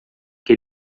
que